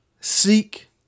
seek